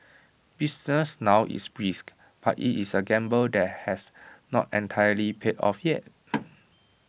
business now is brisk but IT is A gamble that has not entirely paid off yet